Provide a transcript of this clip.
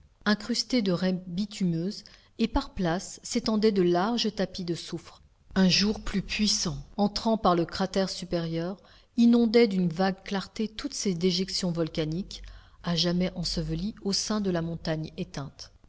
incrustées de raies bitumineuses et par places s'étendaient de larges tapis de soufre un jour plus puissant entrant par le cratère supérieur inondait d'une vague clarté toutes ces déjections volcaniques à jamais ensevelies au sein de la montagne éteinte